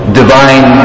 divine